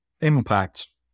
impacts